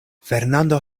fernando